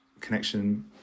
connection